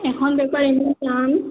এখন পেপাৰ ইমান টান